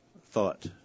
thought